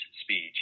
speech